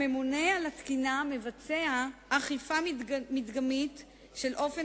הממונה על התקינה מבצע אכיפה מדגמית של אופן